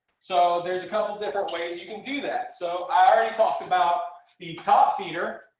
so there's a couple of different ways you can do that. so i already talked about the top feeder.